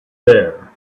there